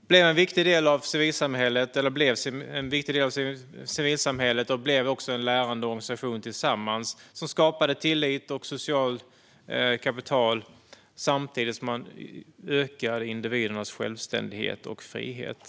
Det blev en viktig del av civilsamhället och också en lärande organisation. Detta skapar tillit och socialt kapital, samtidigt som individernas självständighet och frihet ökar. Detta